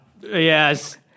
Yes